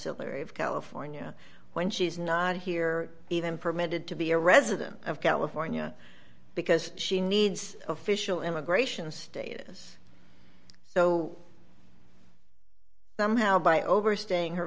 of california when she's not here even permitted to be a resident of california because she needs official immigration status so somehow by overstaying her